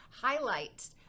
highlights